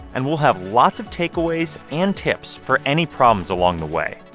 and we'll have lots of takeaways and tips for any problems along the way